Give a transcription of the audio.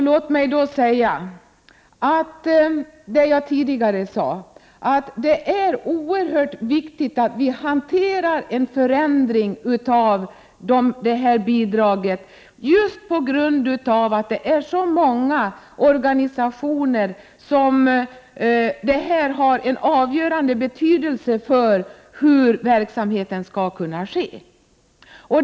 På grund av att detta bidrag har en avgörande betydelse för många organisationers verksamhet är det oerhört viktigt att en förändring av det hanteras varsamt.